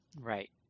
Right